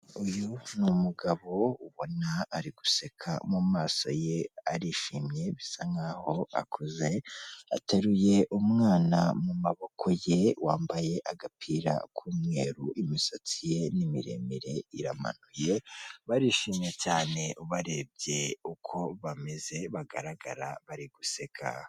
Uyu ni numugabo ubona ari guseka mumaso ye arishimye bisa nkaho akuze, ateruye umwana mumaboko ye wambaye agapira k'umweru, imisatsi ye ni miremire iramanuye, barishimye cyane ubarebye uko bameze bagaragara bari guseka.